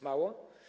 Mało?